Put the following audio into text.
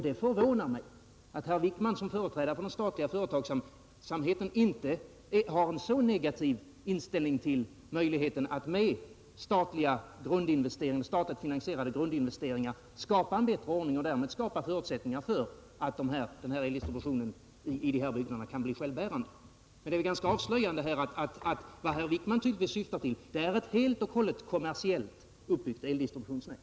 Det förvånar mig att herr Wickman som företrädare för den statliga företagsamheten intar en så negativ inställning till möjligheten att med statligt finansierade grundinvesteringar skapa en bättre ordning och därmed förutsättningar för att eldistributionen i dessa bygder kan bli självbärande. Det är ganska avslöjande att vad herr Wickman tycks syfta till är ett helt och hållet kommersiellt uppbygt eldistributionsnät.